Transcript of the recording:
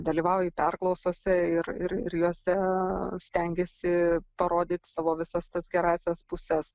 dalyvauji perklausose ir ir jose stengiesi parodyt savo visas tas gerąsias puses